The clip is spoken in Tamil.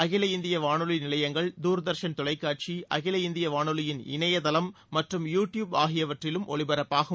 அகில இந்தியவானொலிநிலையங்கள் தூர்தர்ஷன் தொலைக்காட்சி அகில இந்தியவானொலியின் இணையதளம் மற்றும் யூ டியூப் ஆகியவற்றிலும் ஒலிபரப்பாகும்